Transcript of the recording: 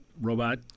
robot